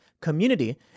community